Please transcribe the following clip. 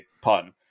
pun